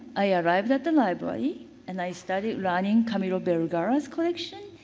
i arrived at the library and i started learning camilo vergara's collection.